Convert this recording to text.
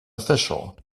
official